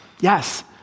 yes